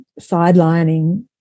sidelining